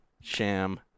sham